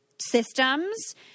systems